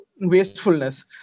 wastefulness